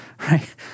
right